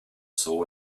saw